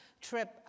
trip